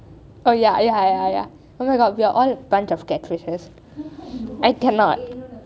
o ya ya ya omg we are all a bunch of catfishes I cannot